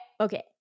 okay